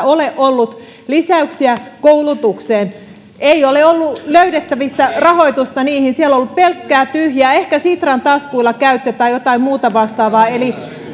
ole ollut lisäyksiä koulutukseen ei ole ollut löydettävissä rahoitusta niihin siellä on ollut pelkkää tyhjää ehkä sitran taskuilla käytte tai jotain muuta vastaavaa eli